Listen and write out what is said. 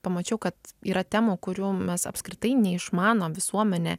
pamačiau kad yra temų kurių mes apskritai neišmanom visuomenė